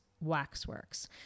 Waxworks